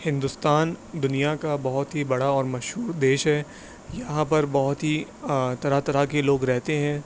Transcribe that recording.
ہندوستان دنیا کا بہت ہی بڑا اور مشہور دیش ہے یہاں پر بہت ہی طرح طرح کے لوگ رہتے ہیں